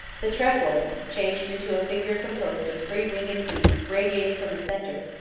the trefoil, changed into a figure composed of three winged feet radiating from a center,